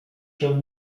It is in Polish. się